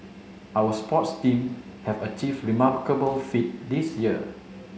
our sports team have achieved remarkable feat this year